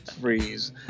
freeze